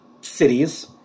cities